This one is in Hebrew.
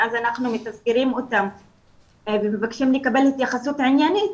מאז אנחנו מתזכרים אותם ומבקשים לקבל התייחסות עניינית,